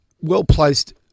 well-placed